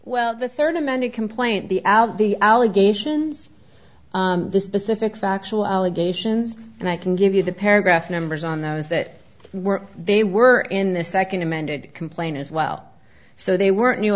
well the third amended complaint the out the allegations the specific factual allegations and i can give you the paragraph numbers on those that were they were in the second amended complaint as well so they were new